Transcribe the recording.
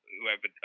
whoever